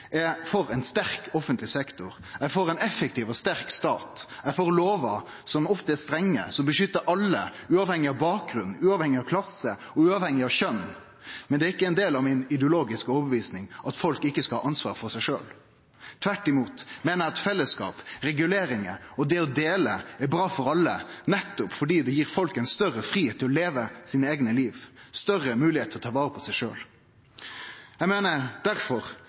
eg for ein sterk offentleg sektor, eg er for ein effektiv og sterk stat, og eg er for lovar som ofte er strenge, som beskyttar alle, uavhengig av bakgrunn, uavhengig av klasse og uavhengig av kjønn. Men det er ikkje ein del av mi ideologiske overtyding at folk ikkje skal ha ansvar for seg sjølv; tvert imot meiner eg at fellesskap, reguleringar og det å dele er bra for alle, nettopp fordi det gjev folk ein større fridom til å leve sitt eige liv og ei større moglegheit til å ta vare på seg sjølv. Eg meiner